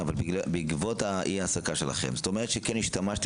בעקבות אי ההעסקה שלכם.